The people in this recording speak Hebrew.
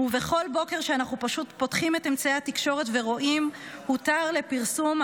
ובכל בוקר שאנחנו פשוט פותחים את אמצעי התקשורת ורואים 'הותר לפרסום',